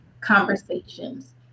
conversations